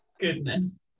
Goodness